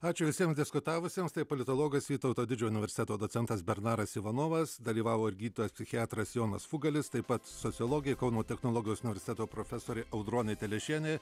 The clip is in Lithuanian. ačiū visiem diskutavusiems tai politologas vytauto didžiojo universiteto docentas bernaras ivanovas dalyvavo ir gydytojas psichiatras jonas fugalis taip pat sociologė kauno technologijos universiteto profesorė audronė telešienė